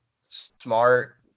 Smart